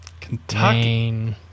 Kentucky